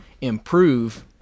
improve